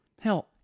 Hell